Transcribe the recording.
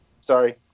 Sorry